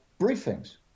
briefings